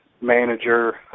manager